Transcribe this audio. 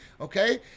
okay